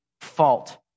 fault